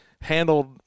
handled